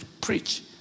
preach